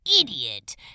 idiot